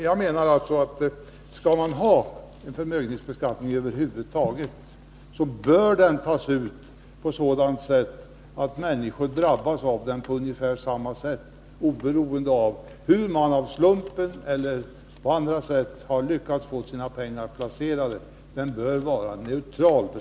Jag menar att om man skall ha en förmögenhetsbeskattning över huvud taget, så bör den tas ut så att människor drabbas av den på ungefär samma sätt, oberoende av hur man av en slump eller av andra skäl har lyckats få sina 43 pengar placerade. Beskattningen bör vara neutral.